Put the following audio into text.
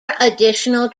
additional